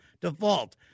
default